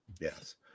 Yes